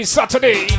Saturday